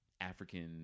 African